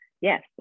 Yes